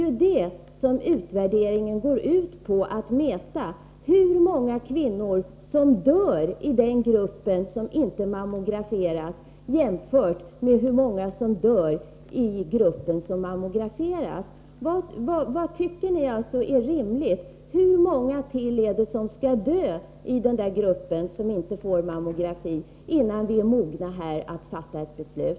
Utvärderingen går ju ut på att mäta hur många kvinnor som dör i den grupp som inte mammograferas jämfört med hur många som dör i den grupp som mammograferas. Vad tycker ni är rimligt? Hur många kvinnor till skall dö i den grupp som inte får mammografi, innan vi är mogna för att fatta ett beslut?